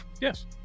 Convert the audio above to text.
Yes